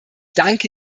danke